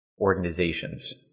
organizations